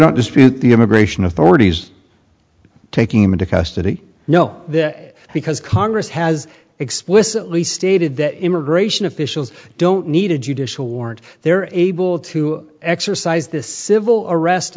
don't dispute the immigration authorities taking him into custody no because congress has explicitly stated that immigration officials don't need a judicial warrant they're able to exercise the civil arrest